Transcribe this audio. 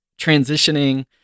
transitioning